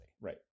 Right